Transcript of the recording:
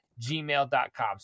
gmail.com